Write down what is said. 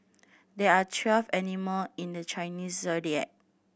there are twelve animal in the Chinese Zodiac